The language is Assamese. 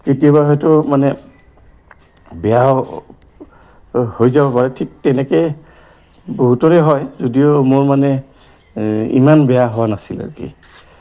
কেতিয়াবা হয়তো মানে বেয়া হৈ যাব পাৰে ঠিক তেনেকে বহুতৰে হয় যদিও মোৰ মানে ইমান বেয়া হোৱা নাছিল আৰু কি